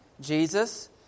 Jesus